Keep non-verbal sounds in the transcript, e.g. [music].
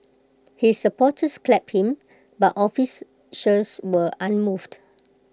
his supporters clapped him but office [unintelligible] were unmoved